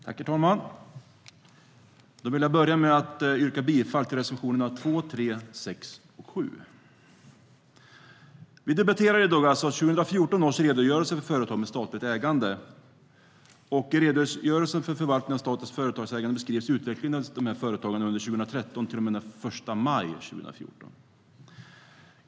Herr talman! Jag vill börja med att yrka bifall till reservationerna 2, 3, 6 och 7.Vi debatterar alltså i dag 2014 års redogörelse för företag med statligt ägande. I redogörelsen för förvaltningen av statens företagsägande beskrivs utvecklingen under 2013 till och med den 1 maj 2014.